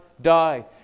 die